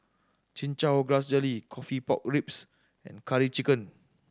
Chin Chow Grass Jelly coffee pork ribs and Curry Chicken